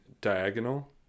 diagonal